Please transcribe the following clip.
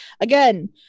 again